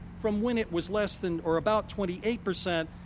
from when it was less than, or about, twenty eight percent,